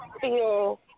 feel